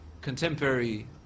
Contemporary